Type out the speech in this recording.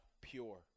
Pure